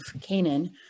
Canaan